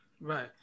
Right